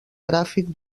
gràfic